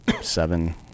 seven